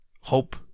hope